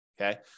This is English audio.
Okay